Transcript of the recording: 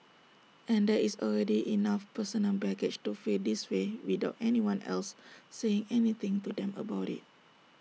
and there is already enough personal baggage to feel this way without anyone else saying anything to them about IT